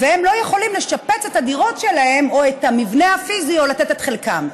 והם לא יכולים לשפץ את הדירות שלהם או את המבנה הפיזי או לתת את חלקם.